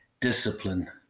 discipline